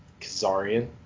Kazarian